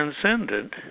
transcendent